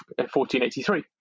1483